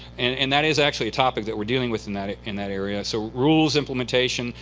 and that is actually a topic that we're dealing with in that in that area, so rules implementation.